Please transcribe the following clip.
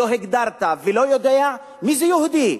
לא הגדרת ולא יודע מי זה יהודי.